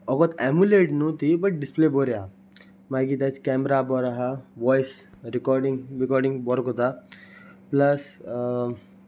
अगोत emulate न्हू ती but display बरी आसा मागीर तेच कॅमरा बोरो आसा वॉयस रिकोर्डींग रिकोर्डींग बोरो कोता प्लस